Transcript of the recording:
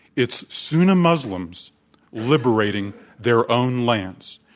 it's sunni muslims liberating their own lands.